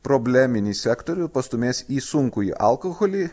probleminį sektorių pastūmės į sunkųjį alkoholį